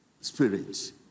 spirit